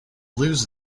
lose